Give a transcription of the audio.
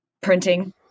printing